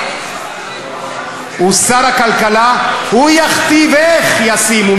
הוא יכתיב איך ישימו.